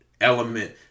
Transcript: element